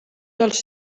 dels